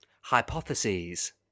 hypotheses